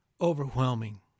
overwhelming